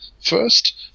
first